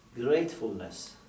gratefulness